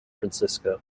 francisco